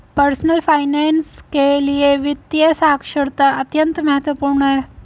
personal finance के लिए वित्तीय साक्षरता अत्यंत महत्वपूर्ण है